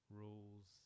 rules